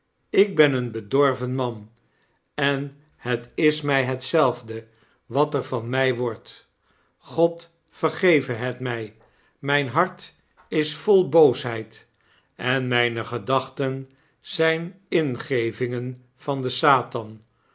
ik ben een bedorven man en het is mg hetzelfde wat er van my wordt god vergeve het mij mgn hart is vol boosheid en mijne gedachten zijn ingevingen van den satan